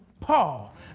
Paul